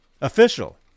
Official